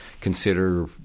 consider